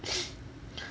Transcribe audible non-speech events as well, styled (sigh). (breath)